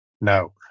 No